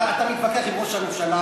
אתה מתווכח עם ראש הממשלה,